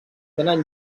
tenen